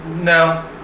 No